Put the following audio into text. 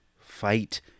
fight